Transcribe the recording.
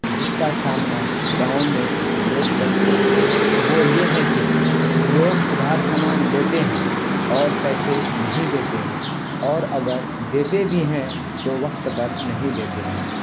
جس کا سامنا گاؤں میں لوگ کرتے ہیں وہ یہ ہے کہ لوگ ادھار سامان لیتے ہیں اور پیسے نہیں دیتے ہیں اور اگر دیتے بھی ہیں تو وقت پر نہیں دیتے ہیں